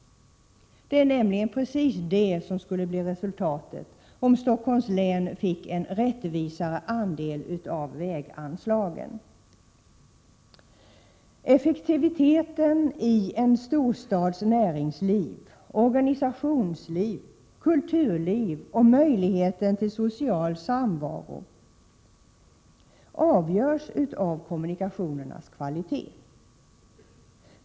Det är nämligen precis det som skulle bli resultatet om Stockholms län fick en rättvisare andel av väganslagen. Effektiviteten i en storstads näringsliv, organisationsliv, kulturliv och möjligheten till social samvaro avgörs av kommunikationernas kvalitet.